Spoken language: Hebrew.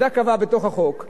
של שירותי הכבאות,